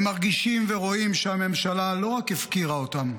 הם מרגישים ורואים שהממשלה לא רק הפקירה אותם,